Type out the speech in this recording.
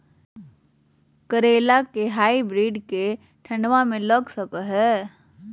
करेला के हाइब्रिड के ठंडवा मे लगा सकय हैय?